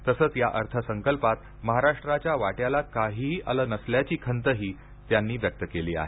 तसंच या अर्थसंकल्पात महाराष्ट्राच्या वाट्याला काहीही आलं नसल्याची खंतही त्यांनी व्यक्त केली आहे